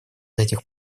этих